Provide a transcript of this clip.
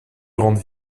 grande